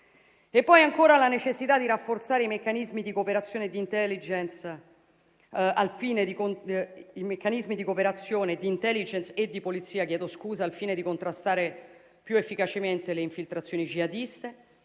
E poi ancora la necessità di rafforzare i meccanismi di cooperazione, di *intelligence* e di polizia al fine di contrastare più efficacemente le infiltrazioni jihadiste